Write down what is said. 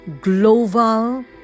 global